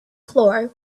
floor